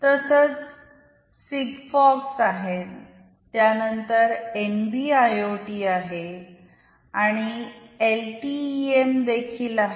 तसच सिग्फॉक्स आहेत त्यानंतर एनबी आयओटी आहे आणि एलटीई एम देखील आहे